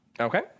Okay